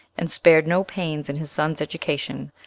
and spared no pains in his son's education,